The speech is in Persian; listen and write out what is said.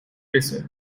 رسه